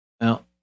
Now